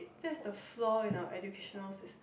that's the flaw in our educational system